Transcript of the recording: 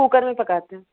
cooker میں پکاتے ہیں